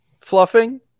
fluffing